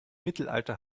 mittelalter